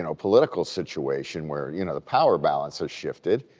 and political situation where you know the power balance has shifted,